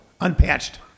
unpatched